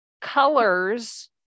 colors